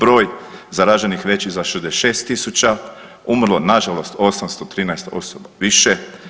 Broj zaraženih veći za 66000, umrlo na žalost 813 osoba više.